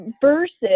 versus